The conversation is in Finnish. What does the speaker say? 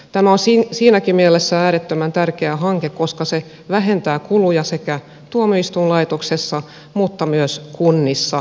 tämä on siinäkin mielessä äärettömän tärkeä hanke koska se vähentää kuluja sekä tuomioistuinlaitoksessa että myös kunnissa